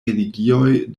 religioj